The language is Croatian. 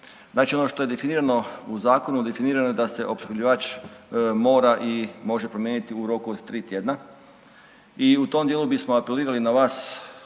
Znači ono što je definirano u zakonu definirano je da se opskrbljivač mora i može promijeniti u roku od tri tjedna i u tom dijelu bismo apelirali na vas